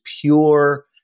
pure